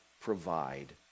Provide